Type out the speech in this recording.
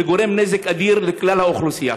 וגורם נזק אדיר לכלל האוכלוסייה.